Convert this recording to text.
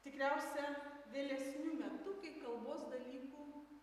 tikriausia vėlesniu metu kai kalbos dalykų